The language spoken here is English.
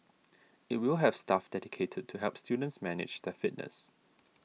it will have staff dedicated to help students manage their fitness